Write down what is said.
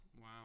Wow